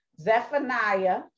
Zephaniah